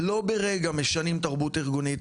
לא ברגע משנים תרבות ארגונית.